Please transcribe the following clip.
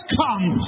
come